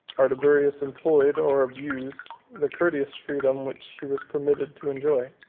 ardaburius employed, or abused, the courteous freedom which he was permitted to enjoy,